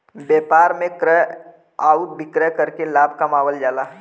व्यापार में क्रय आउर विक्रय करके लाभ कमावल जाला